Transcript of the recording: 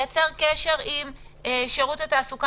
לייצר קשר עם שירות התעסוקה,